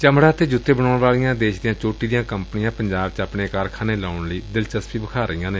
ਚਮਤਾ ਅਤੇ ਜੁੱਤੇ ਬਣਾਉਣ ਵਾਲੀਆਂ ਦੇਸ਼ ਦੀਆਂ ਚੋਟੀ ਦੀਆਂ ਕੰਪਨੀਆਂ ਪੰਜਾਬ ਚ ਆਪਣੇ ਕਾਰਖਾਨੇ ਲਾਉਣ ਚ ਦਿਲਚਸਪੀ ਵਿਖਾ ਰਹੀਆਂ ਨੇ